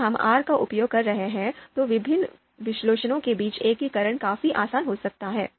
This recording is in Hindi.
यदि हम R का उपयोग कर रहे हैं तो विविध विश्लेषणों के बीच एकीकरण काफी आसान हो सकता है